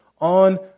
on